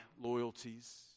loyalties